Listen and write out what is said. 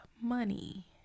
money